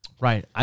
Right